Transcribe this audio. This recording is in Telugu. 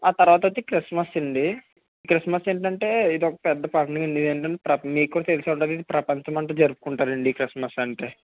ఆ తరువాత వచ్చి క్రిస్మస్ అండి క్రిస్మస్ ఏంటంటే ఇది ఒక పెద్ద పండుగ అండి ఇది ఏంటంటే ప్ర మీకు కూడా తెలిసే ఉంటుంది ప్రపంచమంతా జరుపుకుంటారు అండి క్రిస్మస్ అంటే